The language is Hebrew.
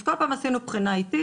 אז כל פעם עשינו בחינה איטית.